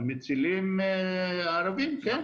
המצילים ערבים, כן.